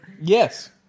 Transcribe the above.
Yes